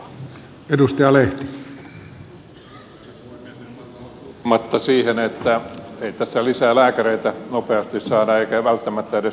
en malta olla puuttumatta siihen että ei tässä lisää lääkäreitä nopeasti saada eikä välttämättä edes tarvitakaan